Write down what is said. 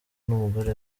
n’umugore